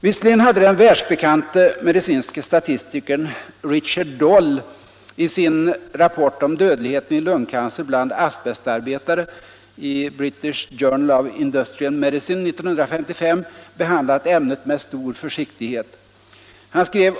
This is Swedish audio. Visserligen hade den världsbekante medicinske statistikern Richard oll i sin rapport om dödligheten i lungcancer bland asbestarbetare, i British Journal of Industrial Medicine år 1955, behandlat ämnet med stor försiktighet.